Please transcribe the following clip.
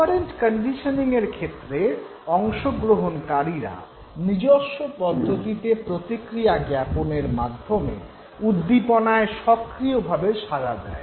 operant conditioning এর ক্ষেত্রে অংশগ্রহণকারীরা নিজস্ব পদ্ধতিতে প্রতিক্রিয়া জ্ঞাপনের মাধ্যমে উদ্দীপনায় সক্রিয়ভাবে সাড়া দেয়